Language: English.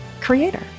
creator